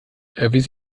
erwies